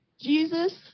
Jesus